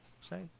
say